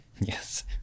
Yes